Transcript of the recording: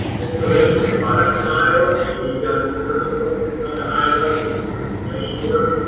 installation of products in iowa. maybe you've got some service folks that come to iowa and and do some installation work.